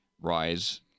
rise